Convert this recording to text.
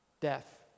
death